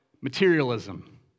materialism